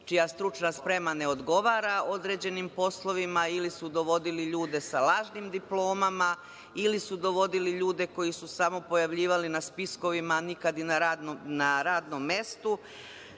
čija stručna sprema ne odgovara određenim poslovima, ili su dovodili ljude sa lažnim diplomama, ili su dovodili ljude koji su se samo pojavljivali na spiskovima, a nikad i na radnom mestu.